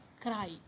cry